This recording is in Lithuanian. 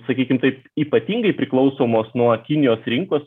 sakykim taip ypatingai priklausomos nuo kinijos rinkos